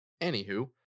anywho